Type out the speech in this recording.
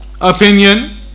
opinion